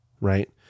right